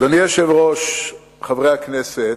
אדוני היושב-ראש, חברי הכנסת,